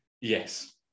Yes